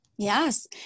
Yes